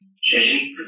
change